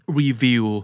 review